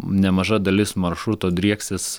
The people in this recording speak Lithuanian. nemaža dalis maršruto drieksis